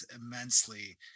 immensely